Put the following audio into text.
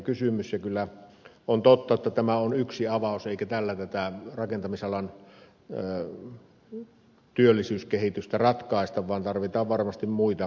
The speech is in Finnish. kyllä on totta että tämä on yksi avaus eikä tällä rakentamisalan työllisyyskehitystä ratkaista vaan tarvitaan varmasti muita tukielementtejä